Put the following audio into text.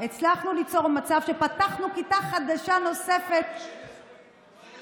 הצלחנו ליצור מצב שפתחנו כיתה חדשה נוספת מותאמת.